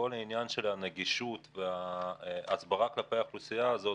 כל עניין הנגישות וההסברה כלפי האוכלוסייה הזאת,